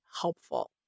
helpful